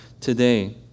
today